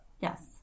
Yes